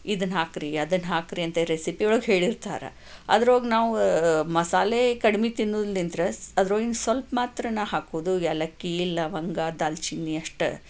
ಇದನ್ನು ಹಾಕಿರಿ ಅದನ್ನು ಹಾಕಿರಿ ಅಂತ ರೆಸಿಪಿಯೊಳಗೆ ಹೇಳಿರ್ತಾರೆ ಅದರೊಳಗೆ ನಾವು ಮಸಾಲೆ ಕಡಿಮೆ ತಿನ್ನೋದ್ಳಿಂತ್ರ್ ಅದರೊಳಗಿನ ಸ್ವಲ್ಪ ಮಾತ್ರ ನಾನು ಹಾಕೋದು ಏಲಕ್ಕಿ ಲವಂಗ ದಾಲ್ಚಿನ್ನಿ ಅಷ್ಟೆ